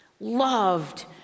loved